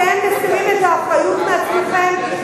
אתם מסירים את האחריות מעצמכם,